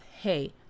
hey